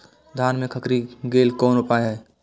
धान में खखरी लेल कोन उपाय हय?